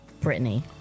Britney